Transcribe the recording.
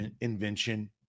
invention